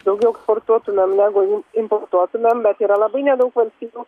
daugiau eksportuotumėm negu im importuotumėm bet yra labai nedaug valstybių